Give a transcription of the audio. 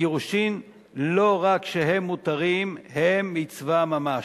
הגירושין לא רק שהם מותרים, הם מצווה ממש.